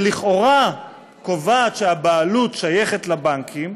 שלכאורה קובעת שהבעלות שייכת לבנקים.